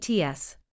ATS